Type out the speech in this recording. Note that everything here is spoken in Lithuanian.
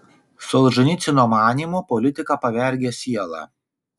solženicyno manymu politika pavergia sielą